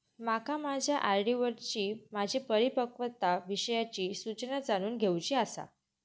माका माझ्या आर.डी वरची माझी परिपक्वता विषयची सूचना जाणून घेवुची आसा